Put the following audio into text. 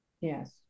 Yes